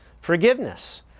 forgiveness